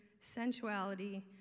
sensuality